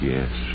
Yes